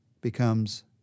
becomes